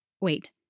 Wait